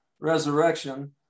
resurrection